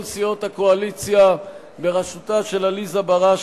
סיעות הקואליציה בראשותה של עליזה בראשי,